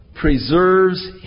preserves